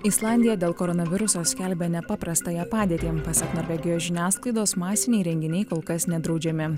islandija dėl koronaviruso skelbia nepaprastąją padėtį pasak norvegijos žiniasklaidos masiniai renginiai kol kas nedraudžiami